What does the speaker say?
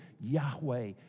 Yahweh